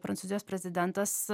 prancūzijos prezidentas